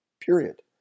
Period